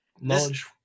knowledge